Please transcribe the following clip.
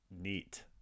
neat